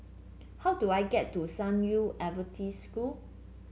how do I get to San Yu Adventist School